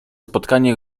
spotkanie